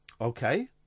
Okay